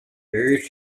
various